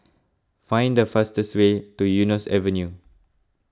find the fastest way to Eunos Avenue